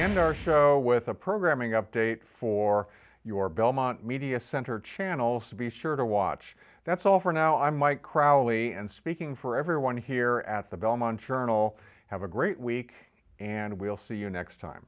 end our show with a programming update for your belmont media center channel so be sure to watch that's all for now i'm mike crowley and speaking for everyone here at the belmont journal have a great week and we'll see you next time